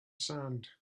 sand